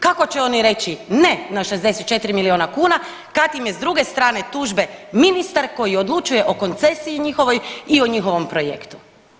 Kako će oni reći ne na 64 milijuna kuna kad im je s druge strane tužbe ministar koji odlučuje o koncesiji njihovoj i o njihovom projektu?